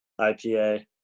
IPA